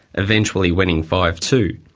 eventually winning five two.